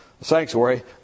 sanctuary